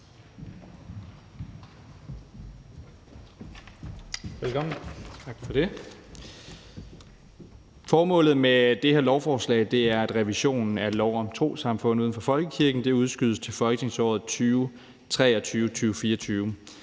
Formålet med det her lovforslag er, at revisionen af lov om trossamfund uden for folkekirken udskydes til folketingsåret 2023-24.